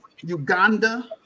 Uganda